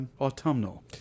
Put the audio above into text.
autumnal